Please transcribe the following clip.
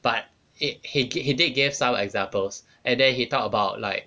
but it he c~ he did gave some examples and then he talk about like